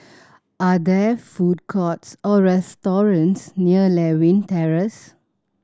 are there food courts or restaurants near Lewin Terrace